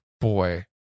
boy